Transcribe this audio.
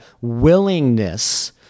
willingness